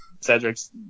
Cedric's